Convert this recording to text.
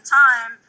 time